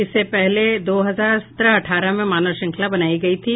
इससे पहले दो हजार सत्रह अठारह में मानव श्रृंखला बनायी गयी थी